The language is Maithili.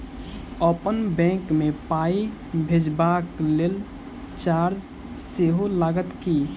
अप्पन बैंक मे पाई भेजबाक लेल चार्ज सेहो लागत की?